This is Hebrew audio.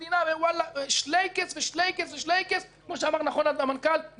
ושלייקעס ושלייקעס כפי שאמר נכון המנכ"ל בעיניי,